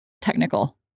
technical